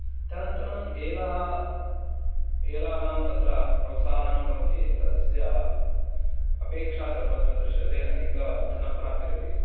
तदनन्तरम् एलाः एलानां तत्र प्रोत्साहनं भवति तस्य अपेक्षा सर्वत्र दृश्यते अधिकधनप्राप्तिरपि